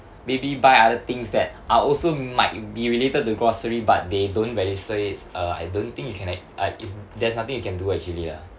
maybe buy other things that are also might be related to grocery but they don't register its uh I don't think you can ac~ I is there's nothing you can do actually ah